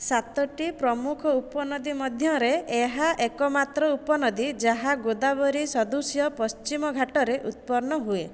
ସାତଟି ପ୍ରମୁଖ ଉପନଦୀ ମଧ୍ୟରେ ଏହା ଏକମାତ୍ର ଉପନଦୀ ଯାହା ଗୋଦାବରୀ ସଦୃଶ୍ୟ ପଶ୍ଚିମ ଘାଟରେ ଉତ୍ପନ୍ନ ହୁଏ